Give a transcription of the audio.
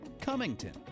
Cummington